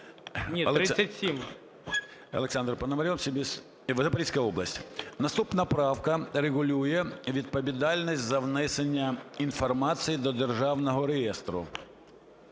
Наступна правка регулює відповідальність за внесення інформації до Державного реєстру,